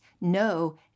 no